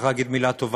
נגד סופה לנדבר,